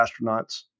astronauts